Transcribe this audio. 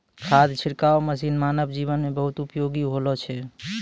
खाद छिड़काव मसीन मानव जीवन म बहुत उपयोगी होलो छै